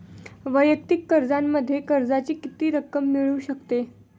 वैयक्तिक कर्जामध्ये कर्जाची किती रक्कम मिळू शकते?